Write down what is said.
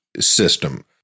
system